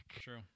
true